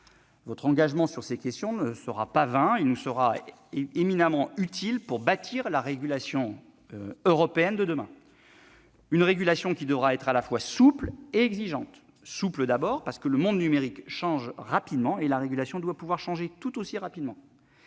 Cet engagement ne sera pas vain : il nous sera éminemment utile pour bâtir la régulation européenne de demain. Cette régulation devra être à la fois souple et exigeante. Souple, d'abord : le monde numérique change rapidement, et la régulation doit pouvoir changer tout aussi rapidement